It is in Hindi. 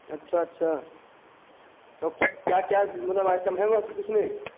अच्छा अच्छा तब क्या क्या क्या मलब आइटम है उसमें